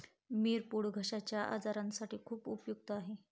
मिरपूड घश्याच्या आजारासाठी खूप उपयुक्त आहे